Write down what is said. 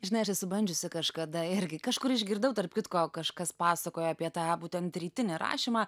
žinai aš esu bandžiusi kažkada irgi kažkur išgirdau tarp kitko kažkas pasakojo apie tą būtent rytinį rašymą